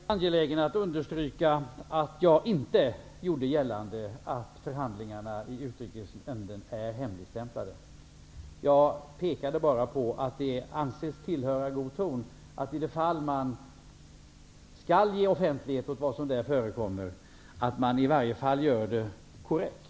Herr talman! Jag är angelägen att understryka att jag inte gjorde gällande att förhandlingarna i Utrikesnämnden är hemligstämplade. Jag pekade bara på att det anses tillhöra god ton att man, i de fall man skall ge offentlighet åt vad som där förekommer, åtminstone gör det korrekt.